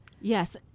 yes